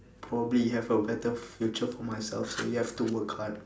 probably have a better future for myself so you have to work hard